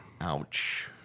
Ouch